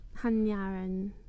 Hanyaran